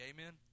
Amen